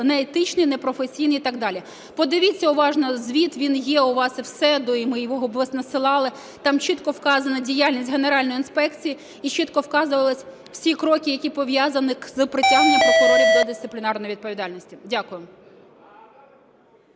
неетичні, непрофесійні і так далі. Подивіться уважно звіт, він є у вас і СЕДО, ми його надсилали, там чітко вказана діяльність генеральної інспекції і чітко вказувалися всі кроки, які пов'язані з притягненням прокурорів до дисциплінарної відповідальності. Дякую.